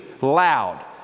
loud